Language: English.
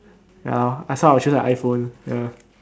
ya uh so I will choose the I phone ya